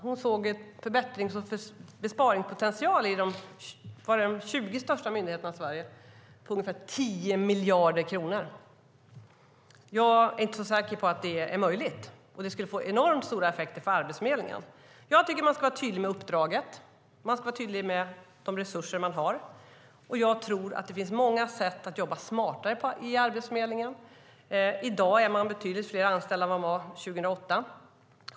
Hon såg en förbättrings och besparingspotential hos de 20 största myndigheterna i Sverige på ungefär 10 miljarder kronor. Jag är inte så säker på att det är möjligt. Det skulle få enormt stora effekter på Arbetsförmedlingen. Man ska vara tydlig med uppdraget och de resurser man har. Det finns många sätt att jobba smartare på Arbetsförmedlingen. I dag är de betydligt fler anställda än var de var 2008.